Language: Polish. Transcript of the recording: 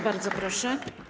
Bardzo proszę.